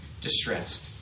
distressed